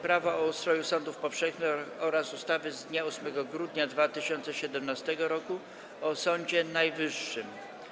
Prawo o ustroju sądów powszechnych oraz ustawy z dnia 8 grudnia 2017 roku o Sądzie Najwyższym.